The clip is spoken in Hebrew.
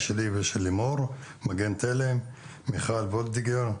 לימור מגן תלם ומיכל וולדיגר,